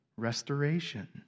Restoration